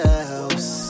else